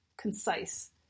concise